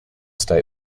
state